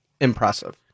impressive